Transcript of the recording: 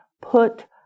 put